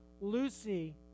Lucy